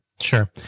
Sure